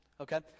okay